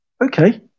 okay